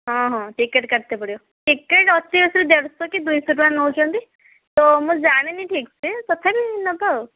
ହଁ ହଁ ଟିକେଟ୍ କାଟତେ ପଡ଼ିବ ଟିକେଟ୍ ଅତିବେଶୀରେ ଦେଢ଼ଶହ କି ଦୁଇଶହ ଟଙ୍କା ନେଉଛନ୍ତି ତ ମୁଁ ଜାଣିନି ଠିକ୍ ସେ ତଥାପି ନେବ ଆଉ